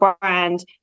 brand